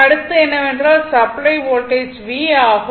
அடுத்து என்னவென்றால் supply voltage V ஆகும்